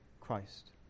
Christ